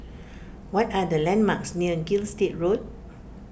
what are the landmarks near Gilstead Road